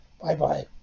Bye-bye